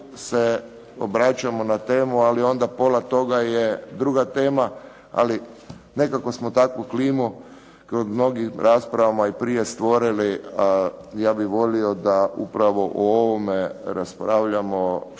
se obraćamo na temu, ali onda pola toga je druga tema. Ali nekako smo takvu klimu u mnogim raspravama i prije stvorili. Ja bih volio da upravo o ovome raspravljamo što je